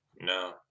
No